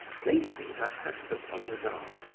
placing her hand upon his arm,